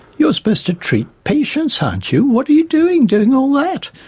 you're supposed to treat patients aren't you, what are you doing, doing all that?